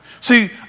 See